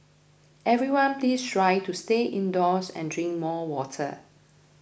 everyone please try to stay indoors and drink more water